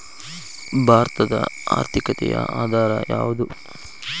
ಭಾರತದ ಆರ್ಥಿಕತೆಯ ಆಧಾರ ಯಾವುದು?